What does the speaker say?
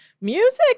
Music